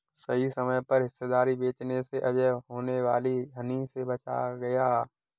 सही समय पर हिस्सेदारी बेचने से अजय होने वाली हानि से बच गया